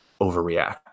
overreact